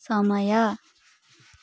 समय